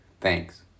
Thanks